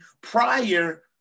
prior